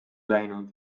läinud